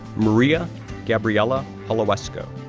maria gabriella holowesko,